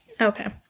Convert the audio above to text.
Okay